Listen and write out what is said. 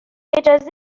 اجازه